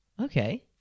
Okay